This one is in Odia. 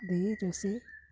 ଦେଇ ରୋଷେଇ